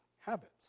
habits